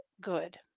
good